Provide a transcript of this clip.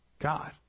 God